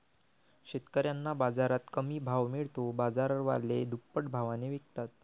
शेतकऱ्यांना बाजारात कमी भाव मिळतो, बाजारवाले दुप्पट भावाने विकतात